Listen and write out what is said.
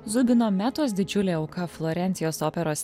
zubino metos didžiulė auka florencijos operos